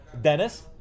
Dennis